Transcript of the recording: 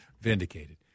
vindicated